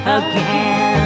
again